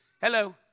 Hello